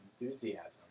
enthusiasm